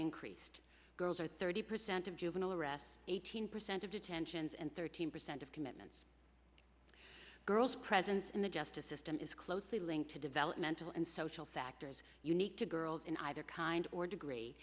increased girls are thirty percent of juvenile arrests eighteen percent of detentions and thirteen percent of commitments girl's presence in the justice system is closely linked to developmental and social factors unique to girls in either kind or degree